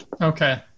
Okay